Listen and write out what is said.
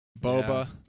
Boba